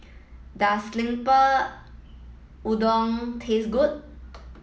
does Lemper Udang taste good